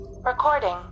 Recording